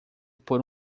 por